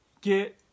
get